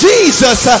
Jesus